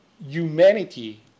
humanity